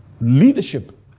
leadership